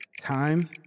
Time